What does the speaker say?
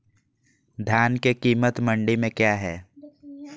धान के कीमत मंडी में क्या है?